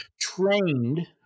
trained